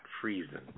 freezing